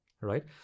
right